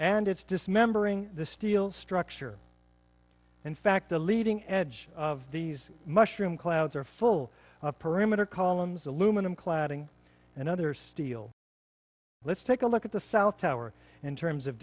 and it's dismembering the steel structure in fact the leading edge of these mushroom clouds are full of perimeter columns aluminum cladding and other steel let's take a look at the south tower in terms of